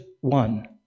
one